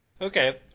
Okay